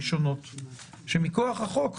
יש רשימה יותר ארוכה של דיוני חובה,